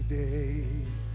days